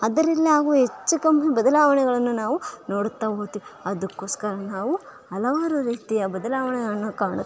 ಅದರಲ್ಲಾಗುವ ಹೆಚ್ಚು ಕಮ್ಮಿ ಬದಲಾವಣೆಗಳನ್ನು ನಾವು ನೋಡುತ್ತಾ ಹೋತ್ವಿ ಅದಕ್ಕೋಸ್ಕರ ನಾವು ಹಲವಾರು ರೀತಿಯ ಬದಲಾವಣೆಗಳನ್ನು ಕಾಣುತ್ತ